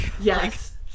yes